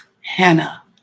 Hannah